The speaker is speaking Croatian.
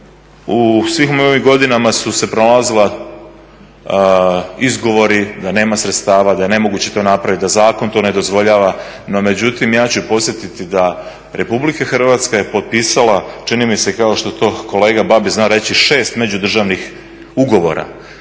u svim ovim godinama su se pronalazili izgovori da nema sredstava, da je nemoguće to napraviti, da zakon to ne dozvoljava. No, međutim ja ću podsjeti da Republika Hrvatska je potpisala čini mi se kao što to kolega Babić zna reći 6 međudržavnih ugovora.